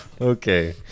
Okay